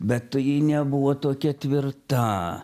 bet tai ji nebuvo tokia tvirta